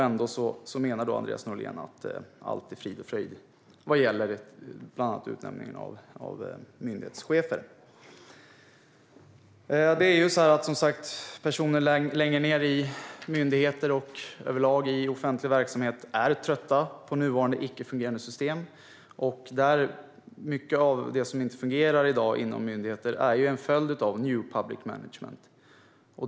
Ändå menar Andreas Norlén att allt är frid och fröjd vad gäller bland annat utnämningen av myndighetschefer. Personer längre ned i myndigheter och överlag i offentlig verksamhet är trötta på nuvarande icke-fungerande system. Mycket av det som inte fungerar i dag inom myndigheter är en följd av new public management.